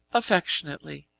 affectionately,